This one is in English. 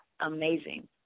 amazing